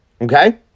Okay